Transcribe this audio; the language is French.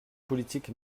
politique